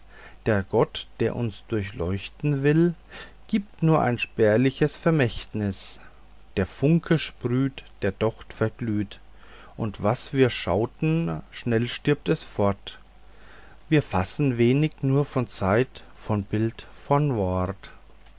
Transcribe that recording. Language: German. der gott der uns durchleuchten will gibt nur ein spärliches vermächtnis der funke sprüht der docht verglüht und was wir schauten schnell stirbt es fort wir fassen wenig nur von zeit von bild von wort